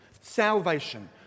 Salvation